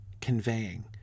conveying